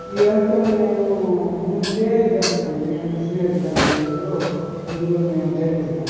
ఇదంతా కూడా మేము ముందు నుండే జరిపిస్తాము నేను స్నేహితుగాళ్ళం నలుగురం అందరూ మేము జరిపిస్తాం